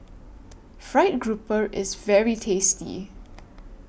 Fried Grouper IS very tasty